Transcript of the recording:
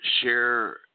Share